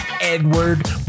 edward